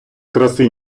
краси